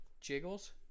jiggles